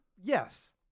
Yes